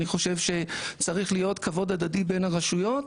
אני חושב שצריך להיות כבוד הדדי בין הרשויות,